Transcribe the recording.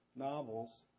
novels